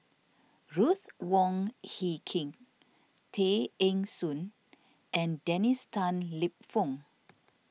Ruth Wong Hie King Tay Eng Soon and Dennis Tan Lip Fong